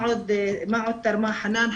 מה עוד תרמה חנאן?